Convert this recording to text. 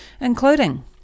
including